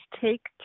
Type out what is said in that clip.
take